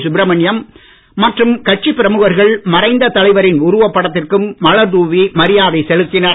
சுப்ரமணியம் மற்றும் கட்சி பிரமுகர்கள் மறைந்த தலைவரின் உருவப்படத்திற்கும் மலர் தூவி மரியாதை செலுத்தினர்